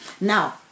Now